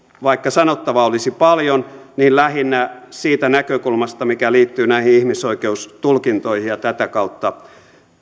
vaikka sanottavaa olisi paljon lähinnä siitä näkökulmasta mikä liittyy näihin ihmisoikeustulkintoihin ja tätä kautta